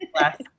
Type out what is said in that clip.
last